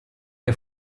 che